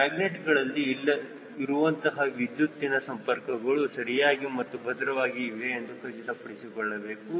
ಮ್ಯಾಗ್ನೆಟ್ಗಳಲ್ಲಿ ಇರುವಂತಹ ವಿದ್ಯುತ್ತಿನ ಸಂಪರ್ಕಗಳು ಸರಿಯಾಗಿ ಮತ್ತು ಭದ್ರವಾಗಿ ಇವೆ ಎಂದು ಖಚಿತಪಡಿಸಿಕೊಳ್ಳಬೇಕು